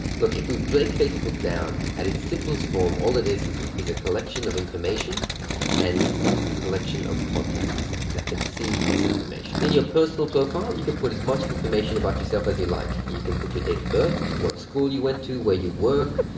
look, if we break facebook down, at its simplest form, all it is is a collection of information and a collection of contacts that can see this information. in your personal profile you can put as much information about yourself as you like. you can put your date of birth, what school you went to, where you work,